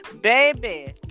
Baby